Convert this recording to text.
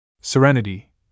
Serenity